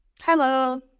Hello